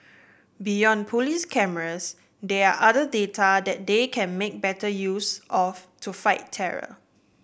beyond police cameras there are other data that they can make better use of to fight terror